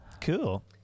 Cool